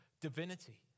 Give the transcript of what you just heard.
divinity